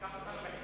תיקח אותנו בחשבון.